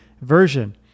version